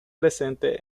presente